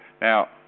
Now